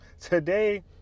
Today